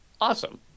Awesome